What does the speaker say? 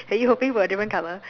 are you hoping for a different color